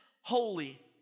holy